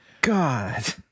god